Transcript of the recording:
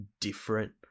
different